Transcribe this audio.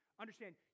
understand